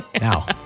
Now